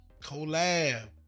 Collab